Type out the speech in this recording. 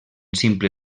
simple